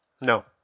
No